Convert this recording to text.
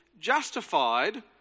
justified